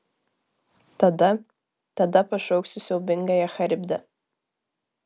tada tada pašauksiu siaubingąją charibdę